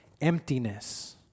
emptiness